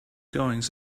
goings